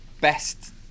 best